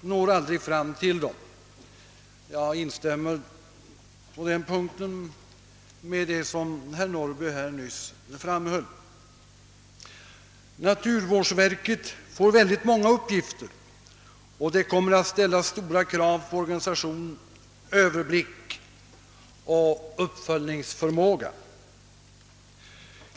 når aldrig fram till vederbörande. På den punkten instämmer jag i vad herr Norrby nyss framhöll. Naturvårdsverket får många uppgifter, och det kommer att ställas stora krav på organisation, överblick och uppföljningsförmåga.